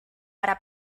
para